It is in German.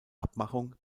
abmachung